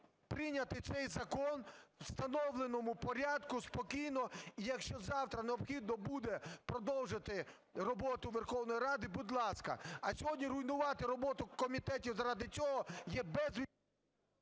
прийняти цей закон у встановленому порядку, спокійно. Якщо завтра необхідно буде продовжити роботу Верховної Ради, будь ласка. А сьогодні руйнувати роботу комітетів заради цього є…